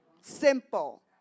Simple